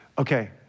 Okay